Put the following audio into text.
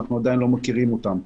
אנחנו עדיין לא מכירים אותם.